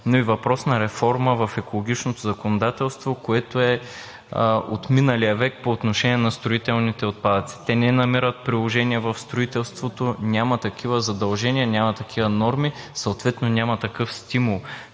но и въпрос на реформа в екологичното законодателство, което е от миналия век по отношение на строителните отпадъци. Те не намират приложение в строителството. Няма такива задължения, няма такива норми, съответно няма такъв стимул